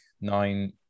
nine